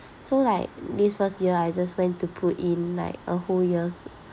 so like this first year I just went to put in like a whole year's